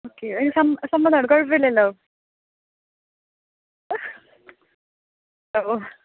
okay അതിന് സമ്മതമാണ് കുഴപ്പം ഇല്ലല്ലോ ഓ